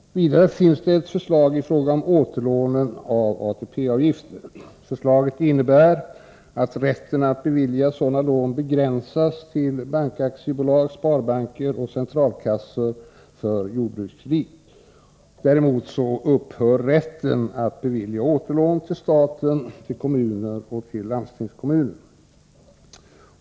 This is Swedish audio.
Vidare finns ett förslag i fråga om återlån av ATP-avgifter. Förslaget innebär att rätten att bevilja sådana lån begränsas till bankaktiebolag, sparbanker och centralkassor för jordbrukskredit. Däremot upphör rätten att bevilja återlån till staten, kommuner och landstingskommuner.